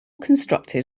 constructed